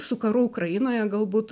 su karu ukrainoje galbūt